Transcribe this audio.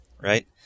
right